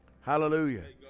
Hallelujah